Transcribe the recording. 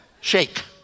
Shake